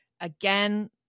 Again